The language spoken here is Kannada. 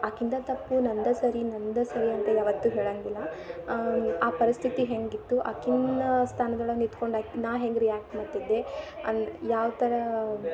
ಆಕಿದ ತಪ್ಪು ನಂದೇ ಸರಿ ನಂದೇ ಸರಿ ಅಂತ ಯಾವತ್ತೂ ಹೇಳಾಂಗಿಲ್ಲ ಆ ಪರಿಸ್ಥಿತಿ ಹೇಗಿತ್ತು ಆಕಿನ ಸ್ಥಾನದೊಳಗೆ ನಿಂತ್ಕೊಂಡಾಗ ನಾ ಹೆಂಗೆ ರಿಯಾಕ್ಟ್ ಮಾಡ್ತಿದ್ದೆ ಅಂದು ಯಾವ ಥರ